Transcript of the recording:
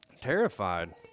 Terrified